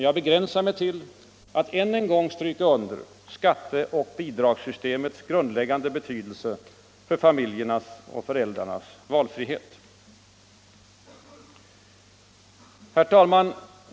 Jag begränsar mig i dag till att än en gång stryka under skatteoch bidragssystemets grundläggande betydelse för familjernas och föräldrarnas valfrihet. Herr talman!